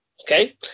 okay